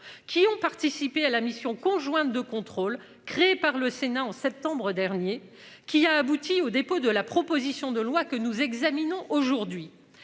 qui ont participé à la mission conjointe de contrôle créée par le Sénat en septembre dernier qui a abouti au dépôt de la proposition de loi que nous examinons aujourd'hui.